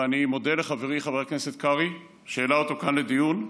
ואני מודה לחברי חבר הכנסת קרעי שהעלה אותו כאן לדיון.